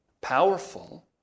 powerful